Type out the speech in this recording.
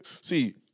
see